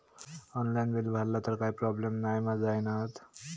Online bill भरला तर काय प्रोब्लेम नाय मा जाईनत?